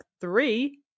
three